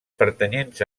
pertanyents